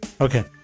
Okay